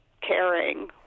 caring